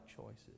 choices